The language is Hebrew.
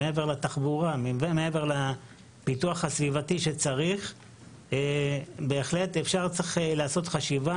מעבר לתחבורה והפיתוח הסביבתי שצריך בהחלט אפשר לעשות חשיבה